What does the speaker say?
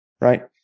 Right